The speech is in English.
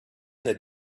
the